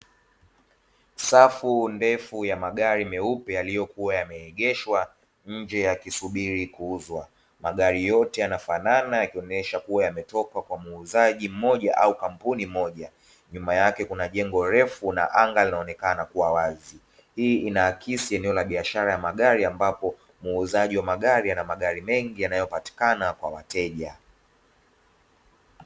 Safu ndefu ya magari meupe yaliyokuwa yameegeshwa nje yakisubiri kuuzwa, magari yote yanafanana yakionyesha kuwa yametoka kwa muuzaji mmoja au kampuni moja. Nyuma yake kuna jengo refu na anga linaonekana kuwa wazi. Hii inaakisi eneo la biashara ya magari ambapo muuzaji wa magari ana magari mengi yanayopatikana kwa wateja.